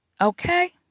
Okay